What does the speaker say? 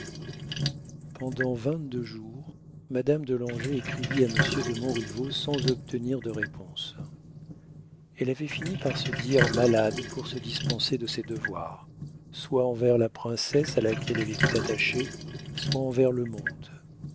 pendant vingt-deux jours madame de langeais écrivit à monsieur de montriveau sans obtenir de réponse elle avait fini par se dire malade pour se dispenser de ses devoirs soit envers la princesse à laquelle elle était attachée soit envers le monde